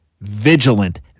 vigilant